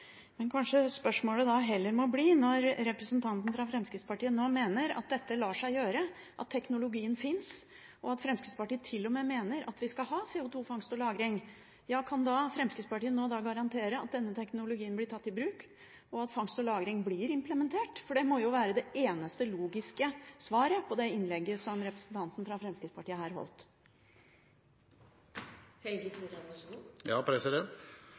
Men spørsmålet må kanskje heller bli: Når representanten fra Fremskrittspartiet nå mener at dette lar seg gjøre, at teknologien finnes, og Fremskrittspartiet til og med mener at vi skal ha CO2-fangst og -lagring, kan Fremskrittspartiet da garantere at denne teknologien blir tatt i bruk, og at fangst og lagring blir implementert? Det må jo være det eneste logiske svaret på det innlegget som representanten fra Fremskrittspartiet her holdt.